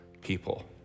people